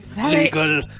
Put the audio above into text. legal